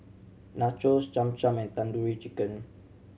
Nachos Cham Cham and Tandoori Chicken